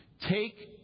Take